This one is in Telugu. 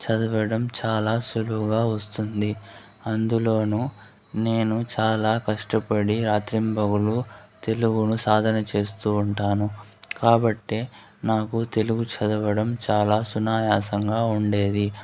చదవడం చాలా సులువుగా వస్తుంది అందులోనూ నేను చాలా కష్టపడి రాత్రిం పగళ్ళు తెలుగును సాధన చేస్తూ ఉంటాను కాబట్టే నాకు తెలుగు చదవడం చాలా సునాయాసంగా ఉండేది